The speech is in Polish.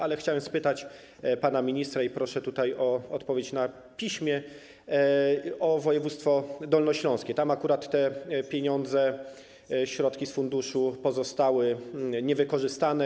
Ale chciałem spytać pana ministra - i proszę o odpowiedź na piśmie - o województwo dolnośląskie, tam akurat te pieniądze, środki z funduszu pozostały niewykorzystane.